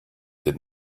did